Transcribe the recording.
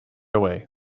away